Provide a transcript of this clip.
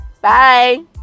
bye